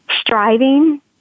striving